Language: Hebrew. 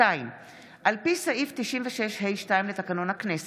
על פי סעיף 96(ה)(2) לתקנון הכנסת,